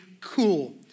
cool